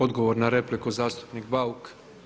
Odgovor na repliku zastupnik Bauk.